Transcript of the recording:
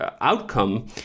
outcome